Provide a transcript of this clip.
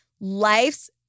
life's